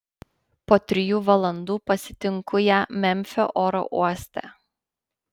po trijų valandų pasitinku ją memfio oro uoste